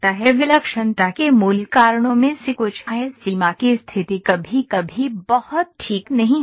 विलक्षणता के मूल कारणों में से कुछ है सीमा की स्थिति कभी कभी बहुत ठीक नहीं होती है